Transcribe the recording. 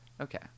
Okay